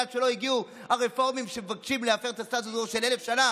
עד שלא הגיעו הרפורמים שמבקשים להפר את הסטטוס של אלף שנה.